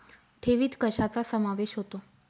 ठेवीत कशाचा समावेश होतो?